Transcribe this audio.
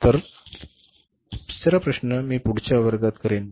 तर तिसरा प्रश्न मी पुढच्या वर्गात करेन